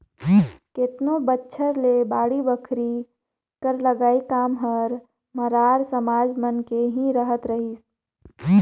केतनो बछर ले बाड़ी बखरी कर लगई काम हर मरार समाज मन के ही रहत रहिस